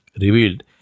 revealed